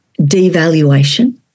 devaluation